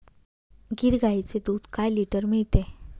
गीर गाईचे दूध काय लिटर मिळते?